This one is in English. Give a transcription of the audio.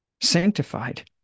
sanctified